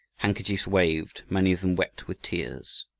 handkerchiefs waved, many of them wet with tears.